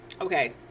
Okay